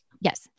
Yes